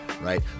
right